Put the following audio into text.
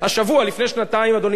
ובאולם של ועדת הכלכלה,